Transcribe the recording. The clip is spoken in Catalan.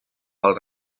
del